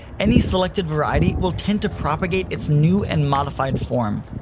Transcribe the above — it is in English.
any selected variety will tend to propagate its new and modified form.